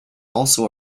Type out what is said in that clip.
also